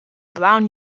brown